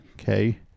Okay